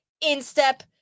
instep